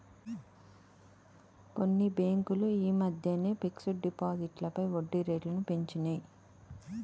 కొన్ని బ్యేంకులు యీ మద్దెనే ఫిక్స్డ్ డిపాజిట్లపై వడ్డీరేట్లను పెంచినియ్